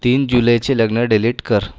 तीन जुलैचे लग्न डिलीट कर